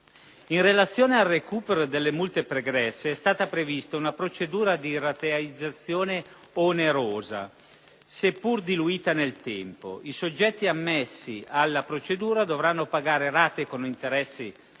In relazione al recupero delle multe pregresse è stata prevista una procedura di rateizzazione onerosa, pur se diluita nel tempo; i soggetti ammessi alla procedura dovranno pagare rate con interessi